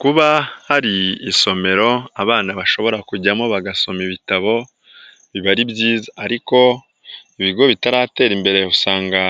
Kuba hari isomero, abana bashobora kujyamo bagasoma ibitabo, biba ari byiza ariko ibigo bitaratera imbere usanga